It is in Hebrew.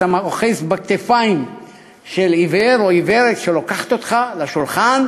אתה אוחז בכתפיים של עיוור או עיוורת שלוקחת אותך לשולחן.